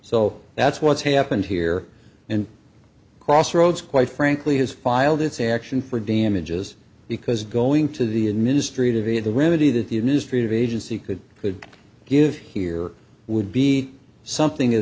so that's what's happened here and crossroads quite frankly has filed its action for damages because going to the administrative area the remedy that the in is treated agency could could give here would be something of